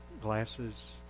glasses